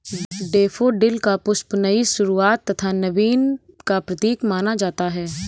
daffodil का पुष्प नई शुरुआत तथा नवीन का प्रतीक माना जाता है